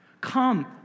Come